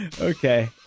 okay